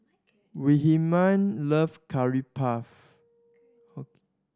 Wilhelmine love Curry Puff